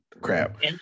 crap